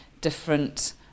different